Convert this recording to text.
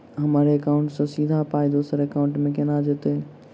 हम्मर एकाउन्ट सँ सीधा पाई दोसर एकाउंट मे केना जेतय?